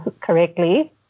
correctly